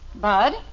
Bud